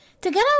Together